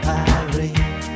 Paris